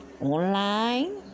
online